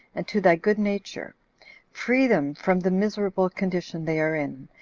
and to thy good nature free them from the miserable condition they are in,